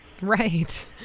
Right